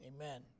Amen